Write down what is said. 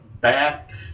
back